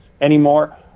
anymore